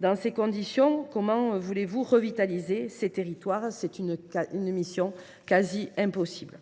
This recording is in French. Dans ces conditions, comment voulez vous revitaliser ces territoires ? C’est une mission quasi impossible